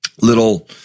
little